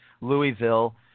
Louisville